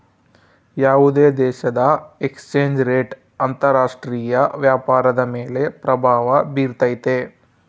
ಯಾವುದೇ ದೇಶದ exchange rate ಅಂತರ ರಾಷ್ಟ್ರೀಯ ವ್ಯಾಪಾರದ ಮೇಲೆ ಪ್ರಭಾವ ಬಿರ್ತೈತೆ